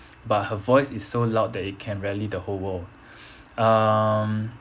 but her voice is so loud that it can rally the whole world um